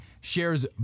shares